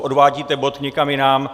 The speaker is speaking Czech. Odvádíte bod někam jinam.